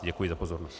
Děkuji za pozornost.